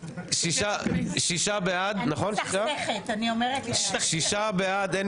הצבעה בעד, 6 נגד, אין 6 בעד, נגד